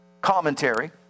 commentary